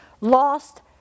Lost